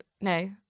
no